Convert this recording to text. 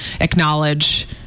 acknowledge